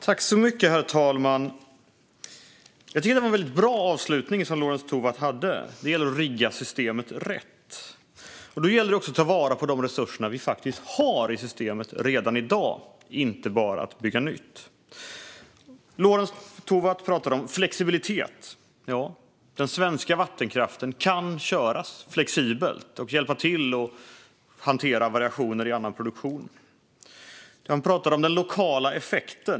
Herr talman! Jag tycker att Lorentz Tovatt hade en bra avslutning: Det gäller att rigga systemet rätt. Då gäller det att också ta vara på de resurser vi faktiskt har i systemet redan i dag och inte bara bygga nytt. Lorentz Tovatt talade om flexibilitet. Ja, den svenska vattenkraften kan köras flexibelt och därmed hjälpa till att hantera variationer i annan produktion. Han talade om den lokala effekten.